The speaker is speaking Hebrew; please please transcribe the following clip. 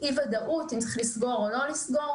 עצרו אנשים שיש להם עסקים.